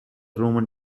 roman